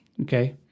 Okay